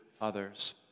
others